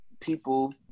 people